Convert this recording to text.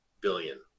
billion